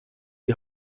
die